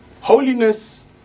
Holiness